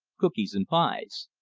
cookies, and pies.